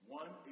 one